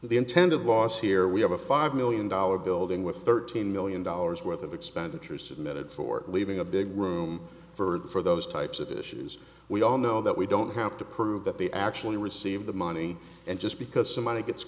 the intended loss here we have a five million dollars building with thirteen million dollars worth of expenditure submitted for leaving a big room for those types of issues we all know that we don't have to prove that they actually receive the money and just because some money gets